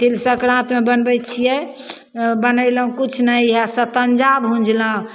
तिल सँकरातिमे बनबै छिए बनेलहुँ किछु नहि इएह सतञ्जा भुजलहुँ